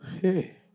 Hey